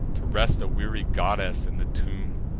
to rest a weary goddess in the tomb!